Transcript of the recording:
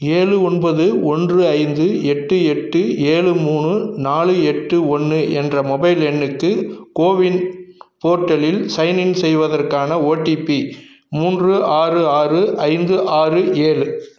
ஏழு ஒன்பது ஒன்று ஐந்து எட்டு எட்டு ஏழு மூணு நாலு எட்டு ஒன்று என்ற மொபைல் எண்ணுக்கு கோவின் போர்ட்டலில் சைனின் செய்வதற்கான ஓடிபி மூன்று ஆறு ஆறு ஐந்து ஆறு ஏழு